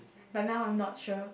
but now I'm not sure